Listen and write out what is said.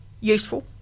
useful